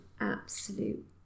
absolute